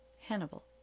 Hannibal